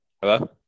hello